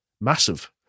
massive